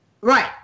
right